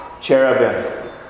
Cherubim